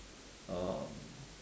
um